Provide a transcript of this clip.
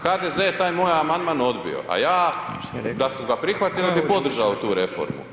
HDZ je taj moj amandman odbio, a ja da su ga prihvatili, ja bi podržao tu reformu.